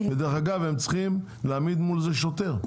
ודרך אגב, הם צריכים להעמיד מול זה שוטר.